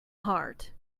heart